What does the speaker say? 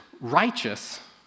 righteous